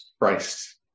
Christ